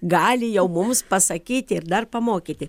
gali jau mums pasakyti ir dar pamokyti